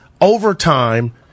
overtime